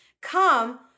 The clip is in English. come